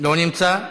לא נמצא,